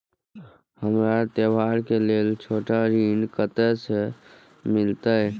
हमरा त्योहार के लेल छोट ऋण कते से मिलते?